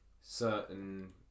certain